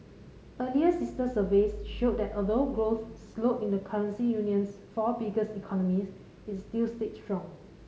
earlier sister surveys showed that although growth slowed in the currency union's four biggest economies it still stayed strong